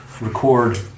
record